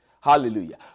Hallelujah